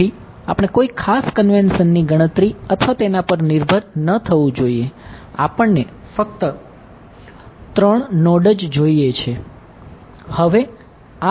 તેથી અને તે કન્વેન્શન ન થવું જોઈએ આપણને ફક્ત ત્રણ નોડ જ જોઈએ છે